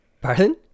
Pardon